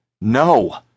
No